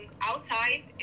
outside